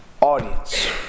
audience